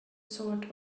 sort